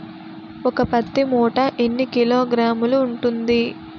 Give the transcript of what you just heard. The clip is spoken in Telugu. ఒక పత్తి మూట ఎన్ని కిలోగ్రాములు ఉంటుంది?